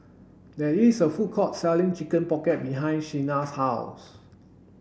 there is a food court selling chicken pocket behind Shenna's house